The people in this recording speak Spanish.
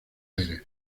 aires